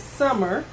summer